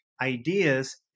ideas